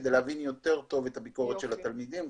כדי להבין יותר טוב את הביקורת של התלמידים.